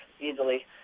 easily